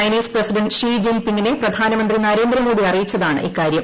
Chinese president ഷീജിൻ പിങ്ങിനെ പ്രധാനമന്ത്രി നരേന്ദ്രമോദി അറിയിച്ചതാണ് ഇക്കാര്യം